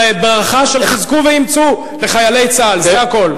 פשוט ברכה של חזקו ואמצו לחיילי צה"ל, זה הכול.